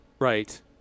Right